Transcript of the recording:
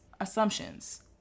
assumptions